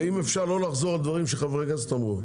ואם אפשר לא לחזור על דברים שחברי הכנסת אמרו.